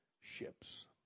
ships